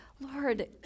Lord